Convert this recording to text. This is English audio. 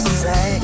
say